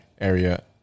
area